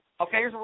Okay